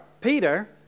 Peter